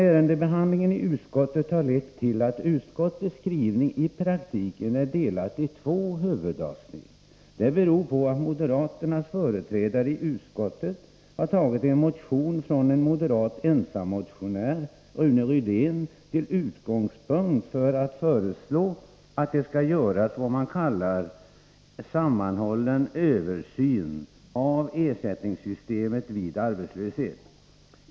Ärendebehandlingen i utskottet har lett till att utskottets skrivning i praktiken är delad i två huvudavsnitt. Det beror på att moderaternas företrädare i utskottet har tagit en motion från en moderat ensammotionär, Rune Rydén, till utgångspunkt för att föreslå att det skall göras en, vad man kallar, ”sammanhållen översyn” av ersättningssystemet vid arbetslöshet.